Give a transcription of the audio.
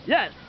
Yes